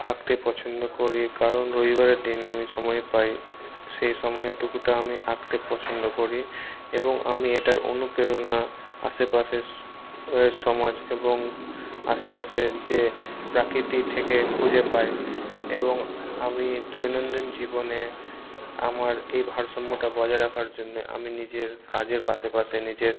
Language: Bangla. আঁকতে পছন্দ করি কারণ রবিবারের দিন আমি সময় পাই সেই সময়টুকুটা আমি আঁকতে পছন্দ করি এবং আমি এটার অনুপেরণা আশেপাশের স সমাজ এবং আশেপাশের যে প্রকৃতি থেকে খুঁজে পাই এবং আমি দৈনন্দিন জীবনে আমার এই ভারসাম্যটা বজায় রাখার জন্যে আমি নিজের কাজের পাশেপাশে নিজের